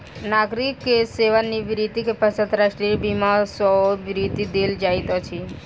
नागरिक के सेवा निवृत्ति के पश्चात राष्ट्रीय बीमा सॅ वृत्ति देल जाइत अछि